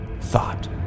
Thought